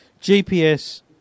GPS